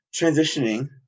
transitioning